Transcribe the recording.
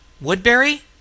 Woodbury